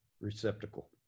receptacle